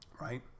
right